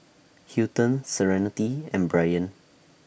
Hilton Serenity and Bryan